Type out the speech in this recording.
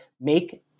make